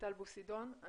טל בוסידון.